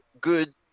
good